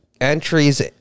entries